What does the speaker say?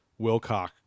Wilcock